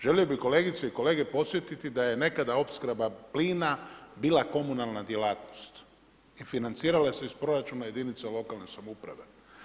Želio bih kolegice i kolege podsjetiti da je nekada opskrba plina bila komunalna djelatnost i financirale se iz proračuna jedinica lokalne samouprave.